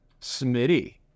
Smitty